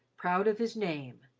proud of his name,